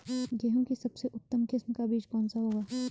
गेहूँ की सबसे उत्तम किस्म का बीज कौन सा होगा?